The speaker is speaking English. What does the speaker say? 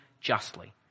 justly